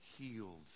healed